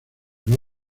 los